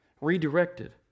Redirected